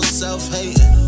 self-hating